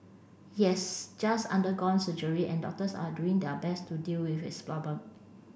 he has just undergone surgery and doctors are doing their best to deal with his problem